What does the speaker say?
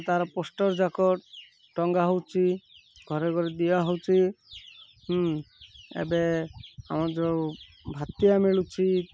ତାର ପୋଷ୍ଟର୍ ଯାକ ଟଙ୍ଗା ହେଉଛି ଘରେ ଘରେ ଦିଆହେଉଛି ଏବେ ଆମର ଯେଉଁ ଭାତିଆ ମିଳୁଛି